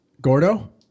Gordo